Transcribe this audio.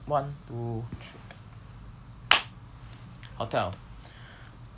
one two three hotel